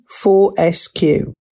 4SQ